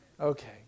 Okay